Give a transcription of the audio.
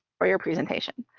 for your presentation.